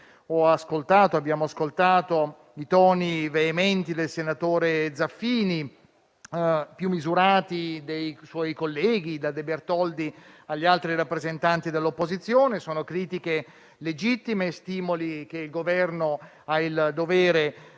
Abbiamo ascoltato i toni veementi del senatore Zaffini e quelli più misurati dei suoi colleghi, dal senatore De Bertoldi agli altri rappresentanti dell'opposizione. Sono critiche legittime e stimoli che il Governo ha il dovere